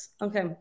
Okay